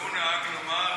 והוא נהג לומר,